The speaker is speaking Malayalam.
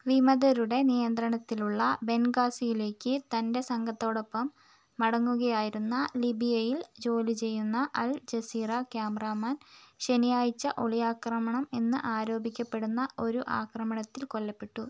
വിമതരുടെ നിയന്ത്രണത്തിലുള്ള ബെൻഗാസിയിലേക്ക് തൻ്റെ സംഘത്തോടൊപ്പം മടങ്ങുകയായിരുന്ന ലിബിയയിൽ ജോലി ചെയ്യുന്ന അൽ ജസീറ ക്യാമറാമാൻ ശനിയാഴ്ച ഒളിയാക്രമണം എന്ന് ആരോപിക്കപ്പെടുന്ന ഒരു ആക്രമണത്തിൽ കൊല്ലപ്പെട്ടു